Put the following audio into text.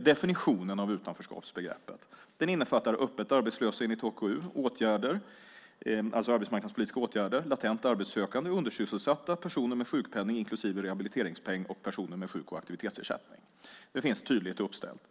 definitionen av utanförskapsbegreppet. Den innefattar öppet arbetslösa enligt AKU, personer i arbetsmarknadspolitiska åtgärder, latent arbetssökande, undersysselsatta, personer med sjukpenning inklusive rehabiliteringspeng och personer med sjuk och aktivitetsersättning. Det finns tydligt uppställt.